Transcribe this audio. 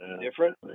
Different